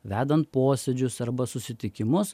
vedant posėdžius arba susitikimus